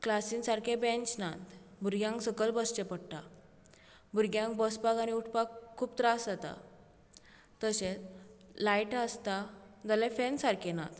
क्लासींत सारके बँच नात भुरग्यांक सकयल बसचें पडटा भुरग्यांक बसपाक आनी उठपाक खूब त्रास जाता तशेंच लायट आसता जाल्यार फॅन सारके ना